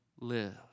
live